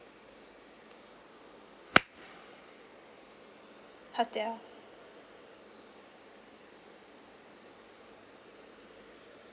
hotel